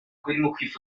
félicité